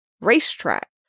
racetrack